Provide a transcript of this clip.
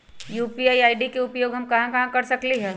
UPI ID के उपयोग हम कहां कहां कर सकली ह?